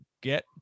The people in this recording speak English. get